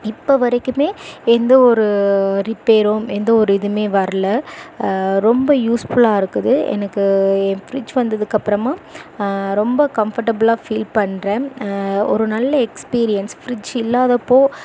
இப்போ வரைக்குமே எந்த ஒரு ரிப்பேரும் எந்த ஒரு இதுவுமே வரலை ரொம்ப யூஸ் ஃபுல்லாக இருக்குது எனக்கு என் ஃப்ரிட்ஜ் வந்ததுக்கு அப்புறமா ரொம்ப கம்படஃபுலாக ஃபீல் பண்ணுறேன் ஒரு நல்ல எக்ஸ்பீரியன்ஸ் ஃப்ரிட்ஜ் இல்லாதப்போது